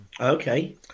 Okay